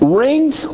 rings